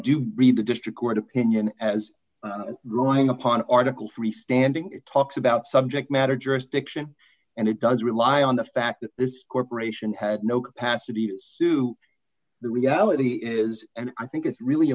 do read the district court opinion as growing up on article three standing it talks about subject matter jurisdiction and it does rely on the fact that this corporation had no capacity to do the reality is and i think it's really